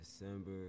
December